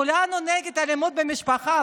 כולנו נגד אלימות במשפחה,